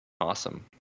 Awesome